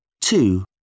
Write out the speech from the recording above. Two